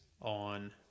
on